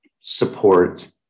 support